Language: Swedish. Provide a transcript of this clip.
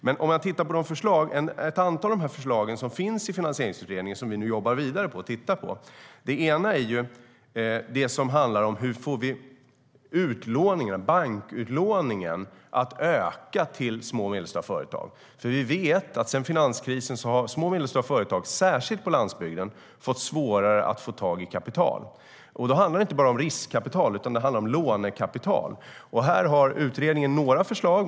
Men ett av förslagen i Finansieringsutredningen, som vi nu jobbar vidare med, handlar om hur vi ska få bankutlåningen till små och medelstora företag att öka. Sedan finanskrisen har små och medelstora företag, särskilt på landsbygden, fått svårare att få tag i kapital. Det handlar inte bara om riskkapital utan även om lånekapital. Utredningen har några förslag.